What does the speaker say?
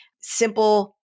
simple